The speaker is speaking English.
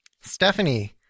Stephanie